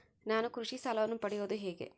ನಾನು ಕೃಷಿ ಸಾಲವನ್ನು ಪಡೆಯೋದು ಹೇಗೆ?